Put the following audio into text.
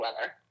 weather